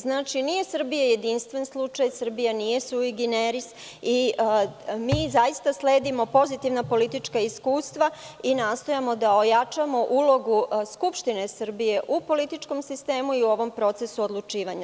Znači, nije Srbija jedinstven slučaj, Srbija nije sui generis i mi zaista sledimo pozitivna politička iskustva i nastojimo da ojačamo ulogu Skupštine Srbije u političkom sistemu i u ovom procesu odlučivanja.